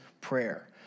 prayer